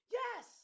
yes